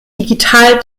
digital